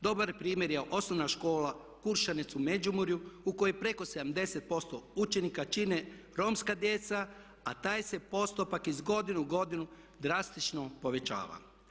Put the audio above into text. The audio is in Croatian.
Dobar primjer je Osnovna škola "Kuršanec" u Međimurju u kojoj je preko 70% učenika čine romska djeca, a taj se postupak iz godine u godinu drastično povećava.